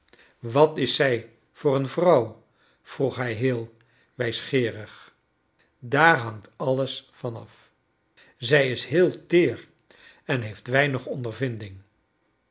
wat is zij voor een vrouw vroeg hij heel wijsgeerig daar hangt alles van af zij is heel teer en heeft weinig ondervinding